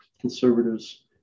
conservatives